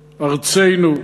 ארצנו,